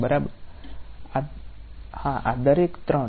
બરાબર હા આ દરેક ત્રણ